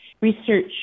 research